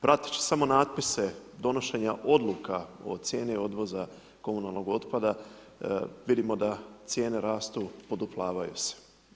Prateći samo natpise donošenja odluka o cijeni odvoza komunalnog otpada vidimo da cijene rastu poduplavaju se.